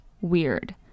weird